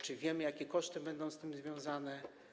Czy wiemy, jakie koszty będą z tym związane?